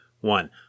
one